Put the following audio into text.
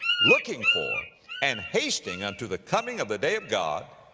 looking for and hasting unto the coming of the day of god,